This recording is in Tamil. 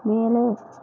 மேலே